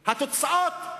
והתוצאות,